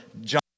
John